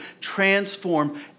transform